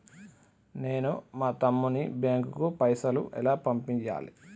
నేను మా తమ్ముని బ్యాంకుకు పైసలు ఎలా పంపియ్యాలి?